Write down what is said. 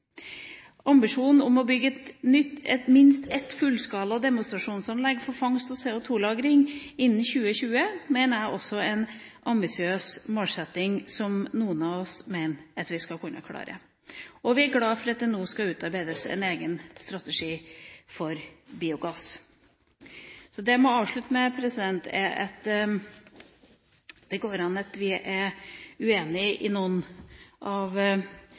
Ambisjonen om å bygge minst ett nytt fullskala demonstrasjonsanlegg for fangst og CO2-lagring innen 2020 mener jeg også er en ambisiøs målsetting, som noen av oss mener vi skal kunne klare. Vi er glade for at det nå skal utarbeides en egen strategi for biogass. Det jeg vil avslutte med, er å si at det går an at vi er uenig i noen av